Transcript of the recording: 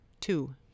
two